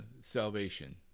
salvation